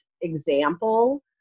example